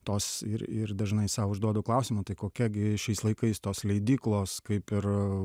tos ir ir dažnai sau užduodu klausimą tai kokia gi šiais laikais tos leidyklos kaip ir